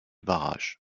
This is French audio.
barrage